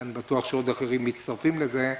ואני בטוח שגם אחרים מצטרפים לזה,